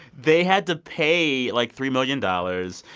they had to pay, like, three million dollars.